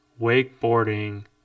wakeboarding